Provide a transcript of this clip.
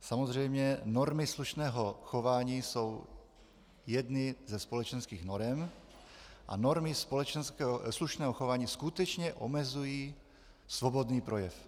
Samozřejmě normy slušného chování jsou jedny ze společenských norem a normy slušného chování skutečně omezují svobodný projev.